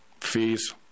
Fees